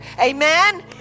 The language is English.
Amen